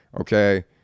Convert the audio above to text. Okay